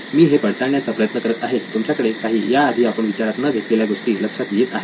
मी हे पडताळण्याचा प्रयत्न करत आहे की तुमच्याकडे काही याआधी आपण विचारात न घेतलेल्या गोष्टी लक्षात येत आहेत का